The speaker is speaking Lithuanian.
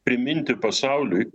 priminti pasauliui